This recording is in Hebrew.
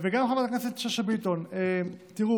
וגם חברת הכנסת שאשא ביטון, תראו,